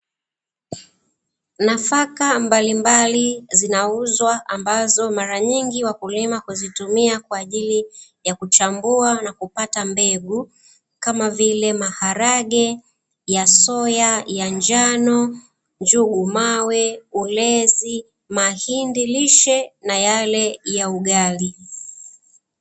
Nafaka mbalimbali zinauzwa, ambazo mara nyingi wakulima huzitumia kwa ajili ya kuchambua na kupata mbegu kama vile; maharage ya soya ya njano, njugu mawe, ulezi, mahindi lishe na yale ya ugali.